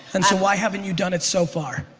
and so why haven't you done it so far?